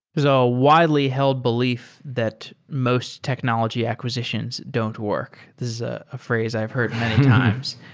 there's a widely held belief that most technology acquisitions don't work. this is ah a phrase i've heard many times.